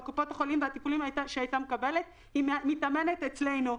בקופות החולים שהייתה מקבלת, המתאמנת אצלנו: